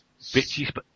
Bitchy